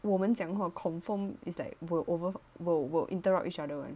我们讲话 confirm is that were over will will interrupt each other [one]